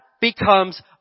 becomes